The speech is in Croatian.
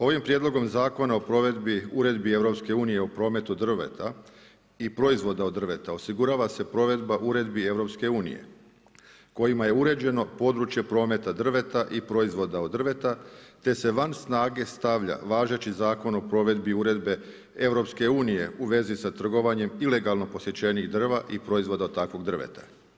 Ovim prijedlogom zakona o provedbi Uredbi EU o prometu drveta i proizvoda od drveta osigurava se provedba Uredbi EU kojima je uređeno područje prometa drveta i proizvoda od drveta te se van snage stavlja važeći Zakon o provedbi Uredbe EU u vezi sa trgovanjem ilegalno posječenih drva i proizvoda od takvog drveta.